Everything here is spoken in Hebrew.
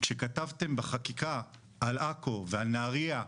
כשכתבתם בחקיקה על עכו ועל נהריה,